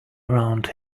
around